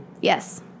Yes